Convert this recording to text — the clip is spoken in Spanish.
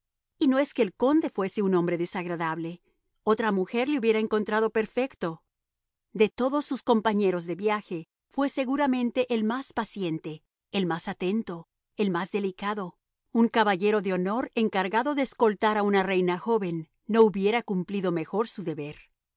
y no es que el conde fuese un hombre desagradable otra mujer le hubiera encontrado perfecto de todos sus compañeros de viaje fue seguramente el más paciente el más atento el más delicado un caballero de honor encargado de escoltar a una reina joven no hubiera cumplido mejor su deber